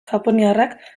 japoniarrak